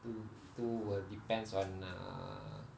to to uh depends on uh